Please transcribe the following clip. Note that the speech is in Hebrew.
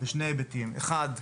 בשני היבטים: אחת,